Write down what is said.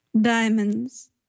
Diamonds